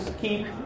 keep